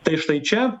tai štai čia